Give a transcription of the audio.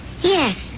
yes